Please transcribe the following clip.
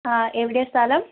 ആ എവിടെയാണ് സ്ഥലം